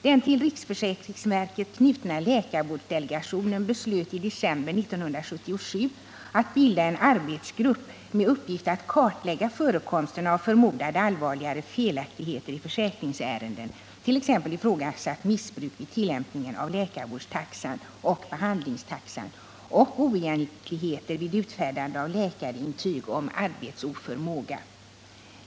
Den till riksförsäkringsverket knutna läkarvårdsdelegationen beslöt i december 1977 att bilda en arbetsgrupp med uppgift att kartlägga förekomsten av förmodade allvarligare felaktigheter i försäkringsärenden, t.ex. ifrågasatt missbruk vid tillämpningen av läkarvårdstaxan och behandlingstaxan och oegentligheter vid utfärdande av läkarintyg om arbetsoförmåga.